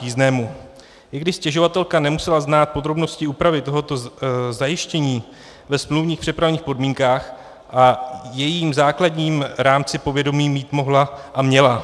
I když stěžovatelka nemusela znát podrobnosti úpravy tohoto zajištění ve smluvních přepravních podmínkách, o jejím základním rámci povědomí mít mohla a měla.